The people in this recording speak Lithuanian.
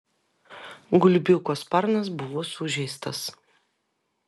gulbiuko sparnas buvo sužeistas